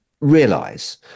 realize